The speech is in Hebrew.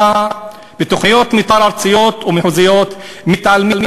4. בתוכניות מתאר ארציות ומחוזיות מתעלמים